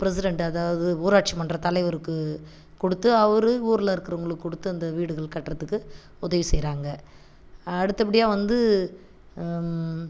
president அதாவது ஊராட்சி மன்றத் தலைவருக்கு கொடுத்து அவரு ஊரில் இருக்கவங்களுக்கு கொடுத்து அந்த வீடுகள் கட்டுறதுக்கு உதவி செய்யறாங்க அடுத்தபடியாக வந்து